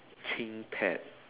ThinkPad